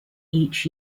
each